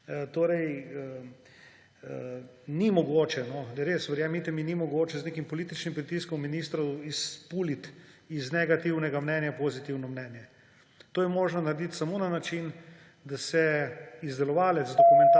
Ni mogoče, res verjemite mi, ni mogoče z nekim političnim pritiskom ministrov iz negativnega mnenja izpuliti pozitivno mnenje. To je možno narediti samo na način, da se izdelovalec dokumentacije